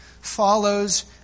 follows